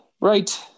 right